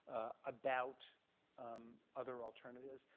about um other alternatives.